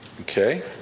Okay